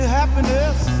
happiness